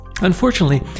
Unfortunately